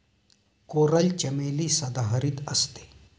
coral चमेली सदाहरित असते